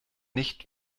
nicht